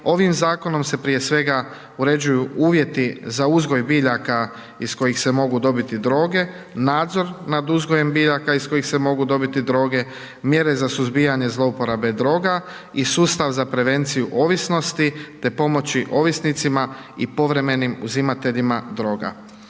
ovim zakonom se prije svega uređuju uvjeti za uzgoj biljaka iz kojih se mogu dobiti droge, nadzor nad uzgojem biljaka iz kojih se mogu dobiti droge, mjere za suzbijanje zlouporabe droga i sustav za prevenciju ovisnosti te pomoći ovisnicima i povremenim uzimateljima droga.